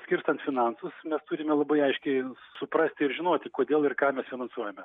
skirstant finansus mes turime labai aiškiai suprasti ir žinoti kodėl ir ką mes finansuojame